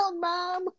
mom